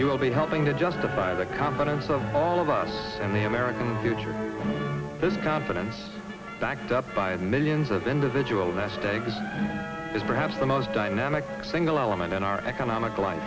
you will be helping to justify the confidence of all of us and the american future the confidence backed up by the millions of individual nest eggs is perhaps the most dynamic single element in our economic life